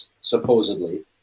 supposedly